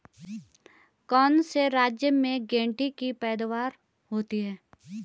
कौन से राज्य में गेंठी की पैदावार होती है?